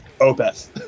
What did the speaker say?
Opus